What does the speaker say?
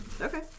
Okay